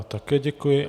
Také děkuji.